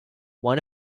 one